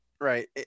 Right